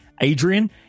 Adrian